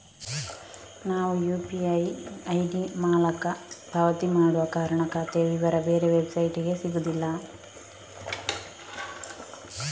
ನಾವು UPI ID ಮೂಲಕ ಪಾವತಿ ಮಾಡುವ ಕಾರಣ ಖಾತೆಯ ವಿವರ ಬೇರೆ ವೆಬ್ಸೈಟಿಗೆ ಸಿಗುದಿಲ್ಲ